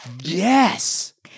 Yes